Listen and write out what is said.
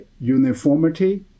uniformity